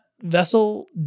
vessel